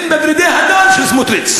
היא בוורידי הדם של סמוטריץ.